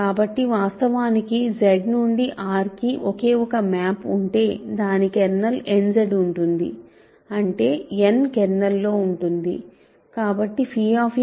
కాబట్టి వాస్తవానికి Z నుండి R కి ఒక మ్యాప్ ఉంటే దాని కెర్నల్ nZ ఉంటుంది అంటే n కెర్నల్లో ఉంటుంది